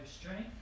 strength